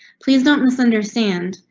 please don't misunderstand,